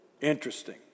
Interesting